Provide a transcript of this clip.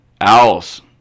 owls